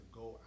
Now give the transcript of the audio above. go